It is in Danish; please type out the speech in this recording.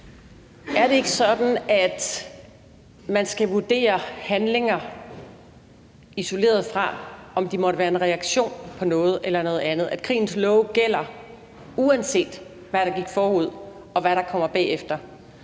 Er det ikke sådan, at man skal vurdere handlinger isoleret fra, om de måtte være en reaktion på noget, eller noget andet, altså at krigens love gælder, uanset hvad gik forud og hvad der kommer bagefter